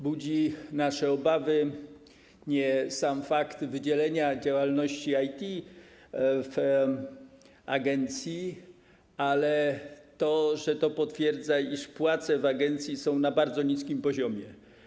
Budzi nasze obawy nie sam fakt wydzielenia działalności IT w agencji, ale to, że to potwierdza, iż płace w agencji są na bardzo niskim poziomie.